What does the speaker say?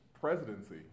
presidency